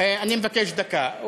אני מבקש דקה.